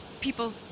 people